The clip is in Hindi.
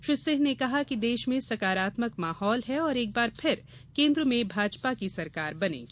श्री सिंह ने कहा कि देश में सकारात्मक माहौल है और एकबार फिर केन्द्र में भाजपा की सरकार बनेगी